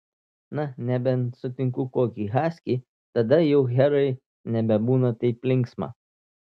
na nebent sutinku kokį haskį tada jau herai nebebūna taip linksma